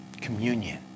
communion